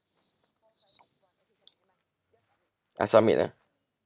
I submit ah